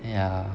yeah